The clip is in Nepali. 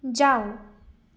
जाऊ